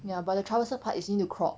ya but the troublesome part is you need to crop